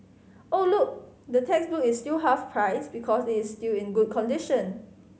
oh look the textbook is still half price because it is still in good condition